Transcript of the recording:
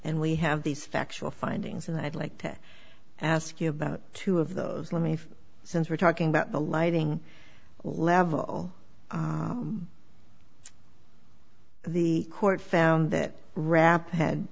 and we have these factual findings and i'd like to ask you about two of those let me since we're talking about the lighting level the court found that rap had